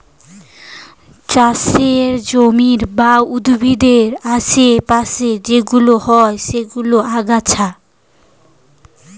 চাষের জমির বা উদ্ভিদের আশে পাশে যেইগুলো হয় সেইগুলো আগাছা